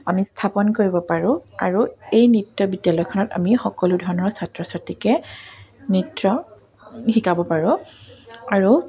আমি স্থাপন কৰিব পাৰোঁ আৰু এই নৃত্য বিদ্যালয়খনত আমি সকলো ধৰণৰ ছাত্ৰ ছাত্ৰীকে নৃত্য শিকাব পাৰোঁ আৰু